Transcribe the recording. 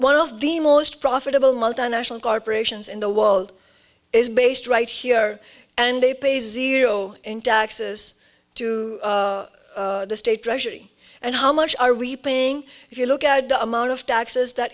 one of the most profitable multinational corporations in the world is based right here and they pay zero in taxes to the state treasury and how much are we paying if you look at the amount of taxes that